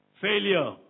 failure